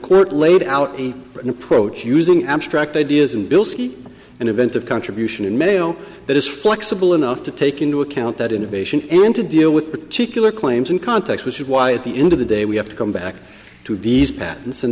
court laid out in an approach using abstract ideas and bilski and inventive contribution and mail that is flexible enough to take into account that innovation and to deal with particular claims in context which is why at the end of the day we have to come back to